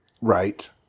Right